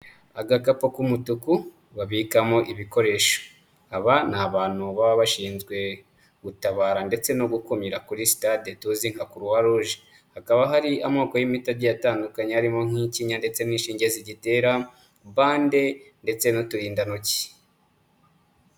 Agakapu k'umutuku babikamo ibikoresho. Aba ni abantu baba bashinzwe gutabara ndetse no gukumira kuri stade tuzi nka croix rouge. Hakaba hari amoko y'imiti agiye atandukanye harimo nk'iy'ikinya ndetse n'ishinge zigitera, bande ndetse n'uturindantoki.